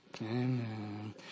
Amen